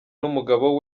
n’umugabo